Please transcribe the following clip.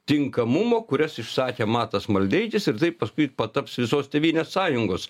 tinkamumo kurias išsakė matas maldeikis ir tai paskui pataps visos tėvynės sąjungos